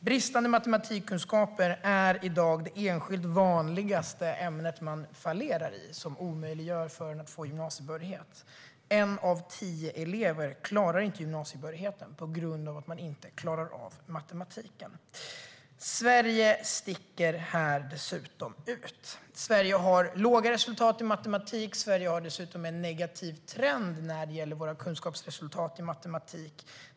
Bristande matematikkunskaper är i dag den enskilt vanligaste orsaken till att man fallerar i och som omöjliggör för att få gymnasiebehörighet. En av tio elever når inte gymnasiebehörigheten på grund av att man inte klarar av matematiken. Sverige sticker här ut. Sverige har låga resultat i matematik och dessutom en negativ trend för kunskapsresultaten i matematik.